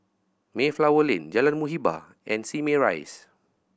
Mayflower Lane Jalan Muhibbah and Simei Rise